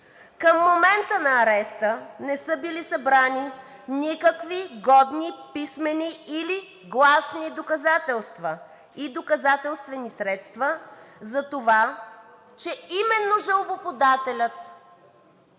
„Към момента на ареста не са били събрани никакви годни писмени или гласни доказателства и доказателствени средства за това, че именно жалбоподателят